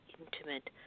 intimate